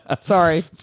Sorry